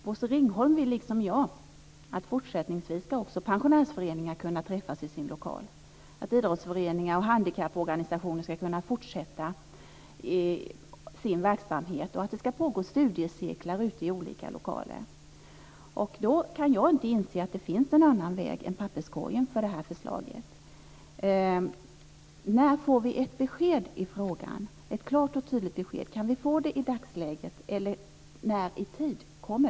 Bosse Ringholm vill liksom jag att pensionärsföreningar också fortsättningsvis ska kunna träffas i sin lokal, att idrottsföreningar och handikapporganisationer ska kunna fortsätta sin verksamhet och att det ska pågå studiecirklar ute i olika lokaler. Då kan jag inte inse att det finns någon annan plats än papperskorgen för detta förslag. När får vi ett klart och tydligt besked i frågan? Kan vi få det i dagsläget, eller när kommer det?